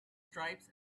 stripes